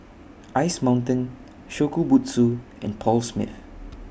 Ice Mountain Shokubutsu and Paul Smith